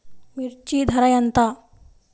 మిర్చి ధర ఎంత?